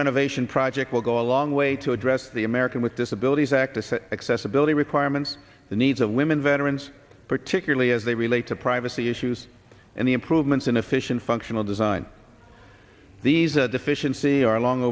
renovation project will go a long way to address the american with disabilities act the accessibility requirements the needs of women veterans particularly as they relate to privacy issues and the improvements in efficient functional design these are deficiency are long